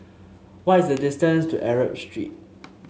what is the distance to Arab Street